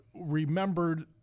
remembered